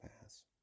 pass